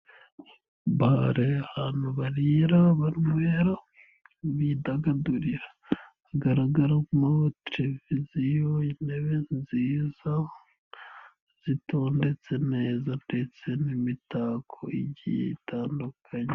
Bare ahantu barira banywera bidagadurira. Hagaragaramo televiziyo intebe nziza, zitondetse neza ndetse n'imitako igiye itandukanye.